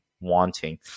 wanting